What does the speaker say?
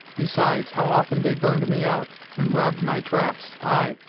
besides, how often they burned me out, and robbed my traps ay,